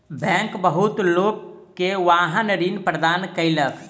bank बहुत लोक के वाहन ऋण प्रदान केलक